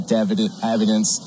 evidence